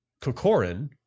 Kokorin